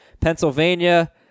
Pennsylvania